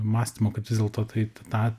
mąstymo kad vis dėlto tai tą